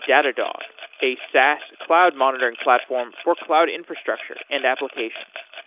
datadog a saas cloud monitoring platform for cloud infrastructure and applications.